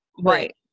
right